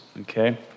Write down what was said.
okay